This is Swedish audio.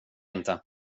inte